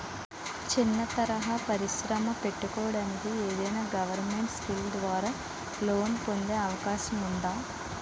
చిన్న తరహా పరిశ్రమ పెట్టుకోటానికి ఏదైనా గవర్నమెంట్ స్కీం ద్వారా లోన్ పొందే అవకాశం ఉందా?